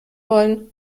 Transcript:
wollen